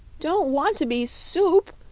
don't want to be soup!